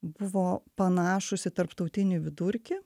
buvo panašūs į tarptautinį vidurkį